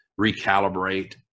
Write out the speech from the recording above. recalibrate